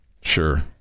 Sure